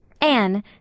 Anne